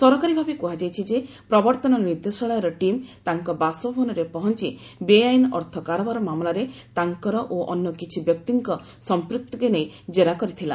ସରକାରୀ ଭାବେ କୁହାଯାଇଛି ଯେ ପ୍ରବର୍ତ୍ତନ ନିର୍ଦ୍ଦେଶାଳୟର ଟିମ୍ ତାଙ୍କ ବାସଭବନରେ ପହଞ୍ଚ ବେଆଇନ ଅର୍ଥ କାରବାର ମାମଲାରେ ତାଙ୍କର ଓ ଅନ୍ୟ କିଛି ବ୍ୟକ୍ତିଙ୍କ ସଂପୃକ୍ତିକୁ ନେଇ ଜେରା କରିଥିଲା